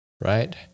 right